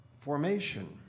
formation